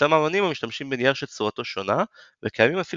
ישנם אמנים המשתמשים בנייר שצורתו שונה וקיימים אפילו